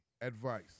Advice